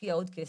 להשקיע עוד כסף,